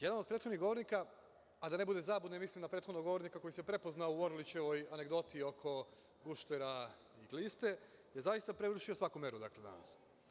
Jedan od prethodnih govornika, a da ne bude zabune, mislim na prethodnog govornika koji se prepoznao u Orlićevoj anegdoti oko guštera i gliste, je prevršio svaku meru danas.